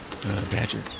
Badger